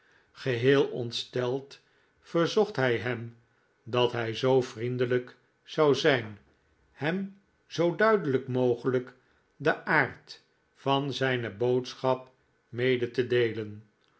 geheel ontsteld verzocht hy hem dat hy zoo vriendelijk zou zijn hem zoo duidelyk rhogelijk den aard van zijne boodschap mede te deelen